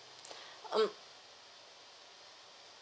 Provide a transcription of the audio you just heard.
um